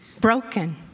broken